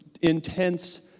intense